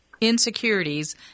insecurities